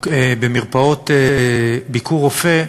במרפאות "ביקורופא"